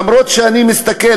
אף שאני מסתכל,